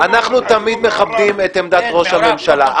אנחנו תמיד מכבדים את עמדת ראש הממשלה,